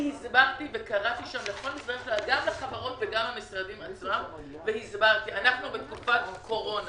אני קראתי שם גם לחברות וגם למשרדים והסברתי שאנחנו בתקופת קורונה